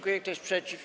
Kto jest przeciw?